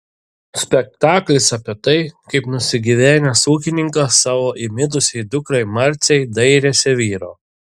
spektaklis apie tai kaip nusigyvenęs ūkininkas savo įmitusiai dukrai marcei dairėsi vyro